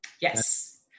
Yes